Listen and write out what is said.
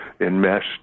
enmeshed